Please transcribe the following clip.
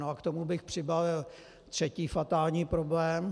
K tomu bych přibalil třetí fatální problém.